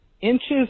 inches